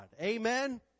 amen